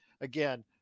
again